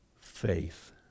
faith